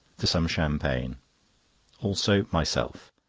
to some champagne also myself,